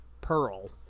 Pearl